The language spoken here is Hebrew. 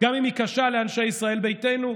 גם אם היא קשה לאנשי ישראל ביתנו.